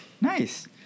Nice